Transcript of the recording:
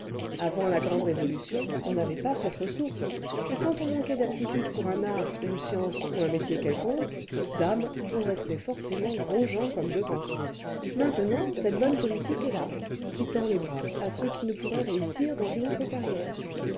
avant la grande révolution on n'avait pas cette ressource et quand on manquait d'aptitude pour un art une science ou un métier quelconques dame on restait forcément gros-jean comme devant maintenant cette bonne politique est là qui tend les bras à ceux qui ne pourraient réussir dans une autre carrière